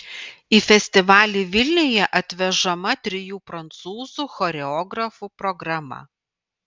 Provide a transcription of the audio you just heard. į festivalį vilniuje atvežama trijų prancūzų choreografų programa